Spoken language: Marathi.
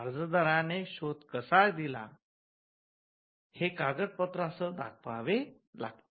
अर्जदाराने शोध कसा दिला हे कागदपत्रांसह दाखवावे लागते